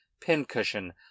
pincushion